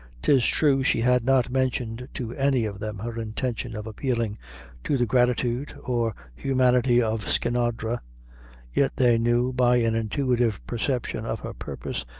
tis true she had not mentioned to any of them her intention of appealing to the gratitude or humanity of skinadre yet they knew, by an intuitive perception of her purpose,